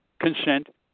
consent